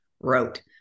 wrote